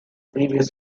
previous